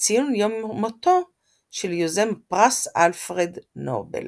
לציון יום מותו של יוזם הפרס אלפרד נובל.